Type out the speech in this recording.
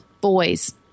Boys